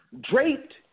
Draped